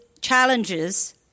challenges